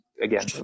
Again